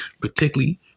particularly